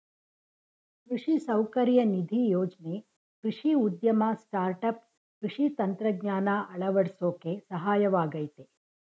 ಕೃಷಿ ಸೌಕರ್ಯ ನಿಧಿ ಯೋಜ್ನೆ ಕೃಷಿ ಉದ್ಯಮ ಸ್ಟಾರ್ಟ್ಆಪ್ ಕೃಷಿ ತಂತ್ರಜ್ಞಾನ ಅಳವಡ್ಸೋಕೆ ಸಹಾಯವಾಗಯ್ತೆ